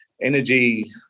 energy